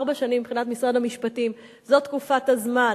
ארבע שנים מבחינת משרד המשפטים זה תקופת הזמן